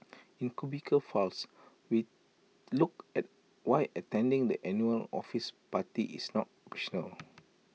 in cubicle files we look at why attending the annual office party is not optional